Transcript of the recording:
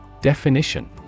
Definition